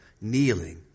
kneeling